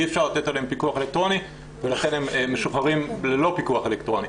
אי אפשר לתת עליהם פיקוח אלקטרוני ולכן הם משוחררים ללא פיקוח אלקטרוני.